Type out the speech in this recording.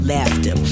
Laughter